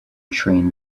train